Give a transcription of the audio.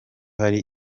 hari